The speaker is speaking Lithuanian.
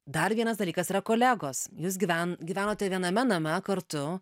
dar vienas dalykas yra kolegos jūs gyven gyvenote viename name kartu